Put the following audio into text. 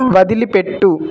వదిలిపెట్టు